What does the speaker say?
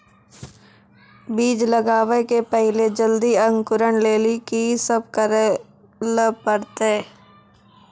बीज लगावे के पहिले जल्दी अंकुरण लेली की सब करे ले परतै?